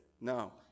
No